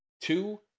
Two